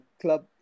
club